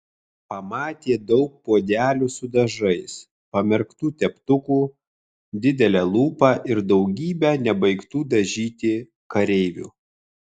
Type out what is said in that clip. pamatė daug puodelių su dažais pamerktų teptukų didelę lupą ir daugybę nebaigtų dažyti kareivių